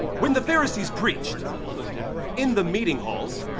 when the pharisees preached in the meeting halls,